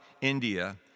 India